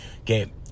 Okay